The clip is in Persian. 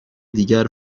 دیگر